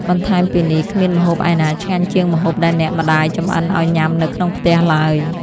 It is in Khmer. បន្ថែមពីនេះ គ្មានម្ហូបឯណាឆ្ងាញ់ជាងម្ហូបដែលអ្នកម្តាយចម្អិនឱ្យញ៉ាំនៅក្នុងផ្ទះឡើយ។